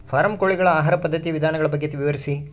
Form ಕೋಳಿಗಳ ಆಹಾರ ಪದ್ಧತಿಯ ವಿಧಾನಗಳ ಬಗ್ಗೆ ವಿವರಿಸಿ?